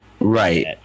right